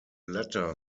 latter